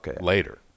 later